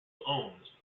owns